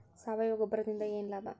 ಸಾವಯವ ಗೊಬ್ಬರದಿಂದ ಏನ್ ಲಾಭ?